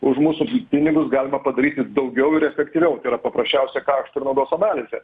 už mūsų pinigus galima padaryti daugiau ir efektyviau tai yra paprasčiausia kaštų ir naudos analizė